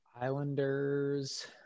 Islanders